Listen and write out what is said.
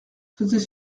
faisait